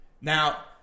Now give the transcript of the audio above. Now